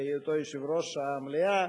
בהיותו יושב-ראש המליאה,